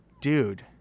Dude